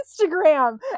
Instagram